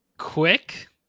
quick